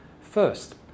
First